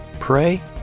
Pray